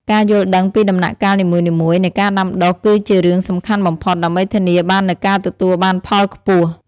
ការយល់ដឹងពីដំណាក់កាលនីមួយៗនៃការដាំដុះគឺជារឿងសំខាន់បំផុត ដើម្បីធានាបាននូវការទទួលបានផលខ្ពស់។